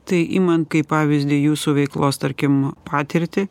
tai imant kai pavyzdį jūsų veiklos tarkim patirtį